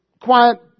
quiet